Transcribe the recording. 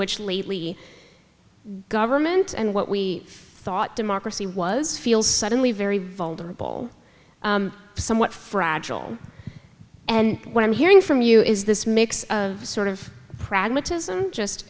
which lately government and what we thought democracy was feel suddenly very vulnerable somewhat fragile and what i'm hearing from you is this mix of sort of pragmatism just